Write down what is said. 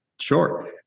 Sure